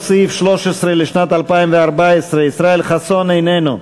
שאול מופז, איננו.